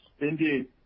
Indeed